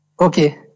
Okay